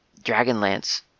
Dragonlance